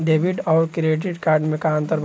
Debit आउर credit card मे का अंतर बा?